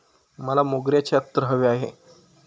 मला मोगऱ्याचे अत्तर हवे आहे